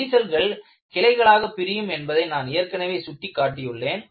விரிசல்கள் கிளைகளாகப் பிரியும் என்பதை நான் ஏற்கனவே காட்டியுள்ளேன்